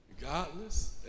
Godless